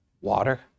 water